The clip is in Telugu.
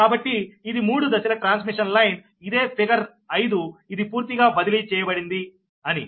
కాబట్టి ఇది మూడు దశల ట్రాన్స్మిషన్ లైన్ ఇదే ఫిగర్ 5 ఇది పూర్తిగా బదిలీ చేయబడింది అని